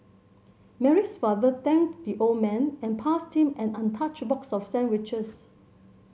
Mary's father thanked the old man and passed him an untouched box of sandwiches